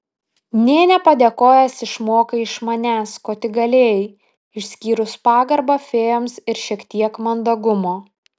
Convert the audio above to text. nė nepadėkojęs išmokai iš manęs ko tik galėjai išskyrus pagarbą fėjoms ir šiek tiek mandagumo